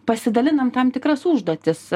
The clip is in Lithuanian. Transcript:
pasidalinam tam tikras užduotis